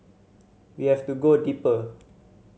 we have to go deeper